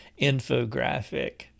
infographic